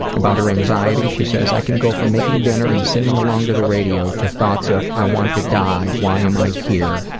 about her anxiety she says, i can go from making dinner and singing along to the radio of thoughts of i want to die, why am i here,